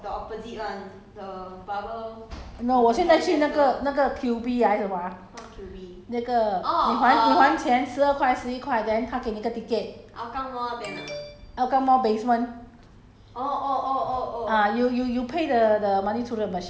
I it's still short no 我现在去那个那个 QB 还是什么 ah 那个你还你还钱十二块十一块 then 他给你一个 ticket hougang mall basement